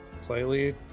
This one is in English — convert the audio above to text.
slightly